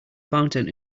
fountain